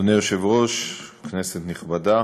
אדוני היושב-ראש, כנסת נכבדה,